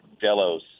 Delos